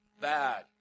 Bad